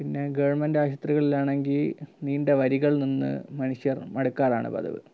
പിന്നെ ഗവൺമെൻറ്റ് ആശുപത്രികളിലാണെങ്കില് നീണ്ട വരികൾ നിന്ന് മനുഷ്യർ മടുക്കാറാണ് പതിവ്